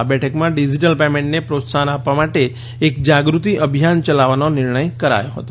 આ બેઠકમાં ડિજિટલ પેમેન્ટને પ્રોત્સાફન આપવા માટે એક જાગૃતિ અભિયાન યલાવવાનો નિર્ણય કરાયો હતો